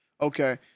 okay